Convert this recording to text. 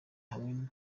hamwe